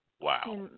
Wow